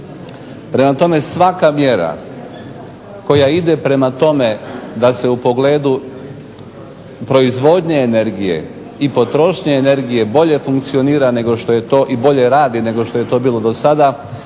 Prema tome, svaka mjera koja ide prema tome da se u pogledu proizvodnje energije i potrošnje energije bolje funkcionira i bolje radi nego što je to bilo do sada